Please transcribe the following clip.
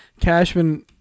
Cashman